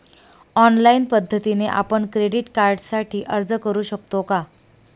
Online पद्धतीने आपण credit कार्डसाठी अर्ज करु शकतो का?